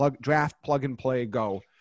draft-plug-and-play-go